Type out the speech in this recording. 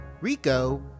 Rico